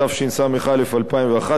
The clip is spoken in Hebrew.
התשס"א 2001,